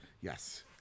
Yes